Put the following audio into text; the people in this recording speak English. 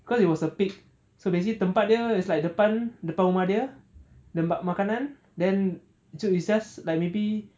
cause it was a big so basically tempat dia is like depan depan rumah dia tempat makanan then he just like maybe